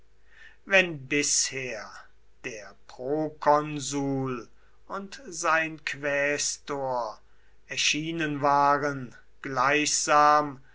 wenn bisher der prokonsul und sein quästor erschienen waren gleichsam